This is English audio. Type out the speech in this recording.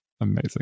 amazing